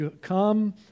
Come